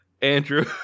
Andrew